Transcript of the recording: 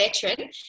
veteran